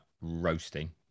roasting